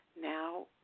now